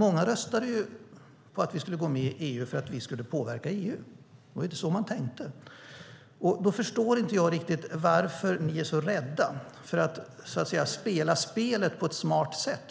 Många röstade för att vi skulle gå med i EU för att kunna påverka EU. Det var lite så man tänkte. Då förstår inte jag riktigt varför ni är så rädda för att spela spelet